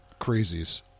crazies